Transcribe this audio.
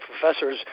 professors